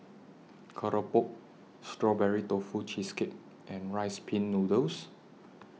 Keropok Strawberry Tofu Cheesecake and Rice Pin Noodles